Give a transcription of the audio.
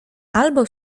albo